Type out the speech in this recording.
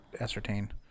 ascertain